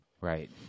right